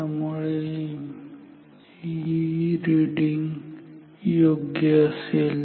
तेव्हा ही रिडींग योग्य असेल